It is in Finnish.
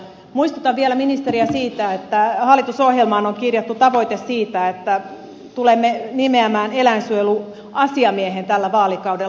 muistutan vielä ministeriä siitä että hallitusohjelmaan on kirjattu tavoite siitä että tulemme nimeämään eläinsuojeluasiamiehen tällä vaalikaudella